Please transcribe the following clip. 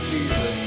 Jesus